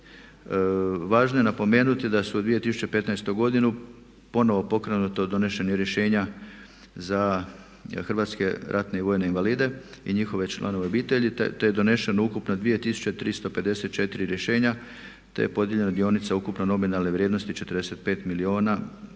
Važno je napomenuti da je u 2015. godini ponovno pokrenuto donošenje rješenja za hrvatske ratne vojne invalide i njihove članove obitelji te je doneseno ukupno 2354 rješenja te je podijeljeno dionica ukupno nominalne vrijednosti 45 milijuna